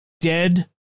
dead